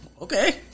okay